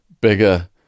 bigger